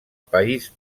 país